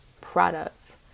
products